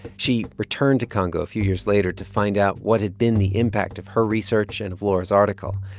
she returned to congo a few years later to find out what had been the impact of her research and of laura's article.